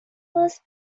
was